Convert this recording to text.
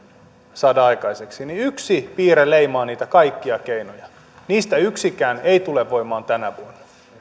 saada aikaiseksi niin yksi piirre leimaa niitä kaikkia keinoja niistä yksikään ei tule voimaan tänä vuonna